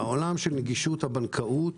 בעולם של נגישות הבנקאות